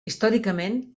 històricament